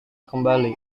kembali